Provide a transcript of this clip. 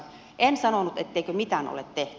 en sanonut etteikö mitään ole tehty